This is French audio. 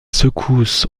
secousses